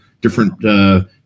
different